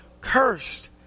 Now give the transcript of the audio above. cursed